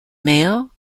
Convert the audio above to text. male